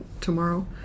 tomorrow